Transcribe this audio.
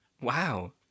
wow